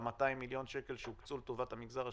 על ה-200 מיליוני שקלים שהוקצו לטובת המגזר השלישי,